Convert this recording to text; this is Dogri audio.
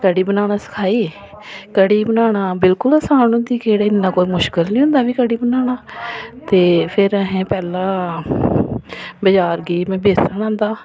कढ़ी बनाना सखाई कढ़ी बनाना बिल्कुल आसान होंदी केह्ड़ा कोई इन्ना मुश्कल निं होंदा कढ़ी बनाना ते फिर असें पैह्ला में बाजार गेई ते में बेसन आंह्दा